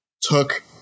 took